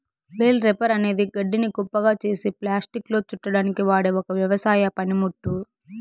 bale wrapper అనేది గడ్డిని కుప్పగా చేసి ప్లాస్టిక్లో చుట్టడానికి వాడె ఒక వ్యవసాయ పనిముట్టు